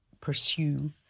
pursue